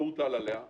לא הוטל עליה,